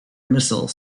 missile